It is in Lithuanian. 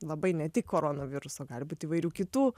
labai ne tik koronaviruso gali būti įvairių kitų